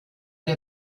der